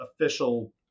official